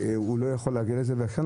לכן